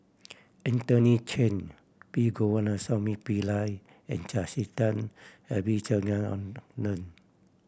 Anthony Chen P Govindasamy Pillai and Jacintha Abisheganaden